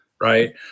right